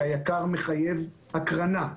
שהיק"ר מחייב הקרנה.